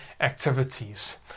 activities